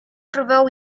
próbował